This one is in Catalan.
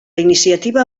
iniciativa